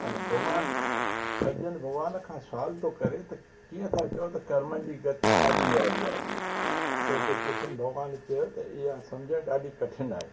ऐं भॻवानु अर्जुन भॻवान खां सुवाल थो करे त कीअं था चओ त कर्मनि जी गत ॾाढी नियारी आहे त हिते कृष्ण भॻवानु चयो त इहा सम्झणु ॾाढी कठिन आहे